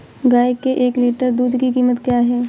गाय के एक लीटर दूध की कीमत क्या है?